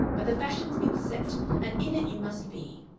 but the fashion's been set and in it you must be.